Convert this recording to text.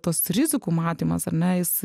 tas rizikų matymas jis